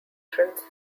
veterans